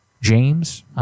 James